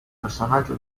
personaggio